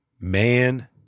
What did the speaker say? man –